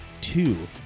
two